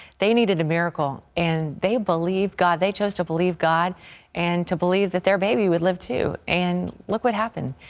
they needed a miracle, and they believed god. they chose to believe god and to believe that their baby would live, too, and look what happened.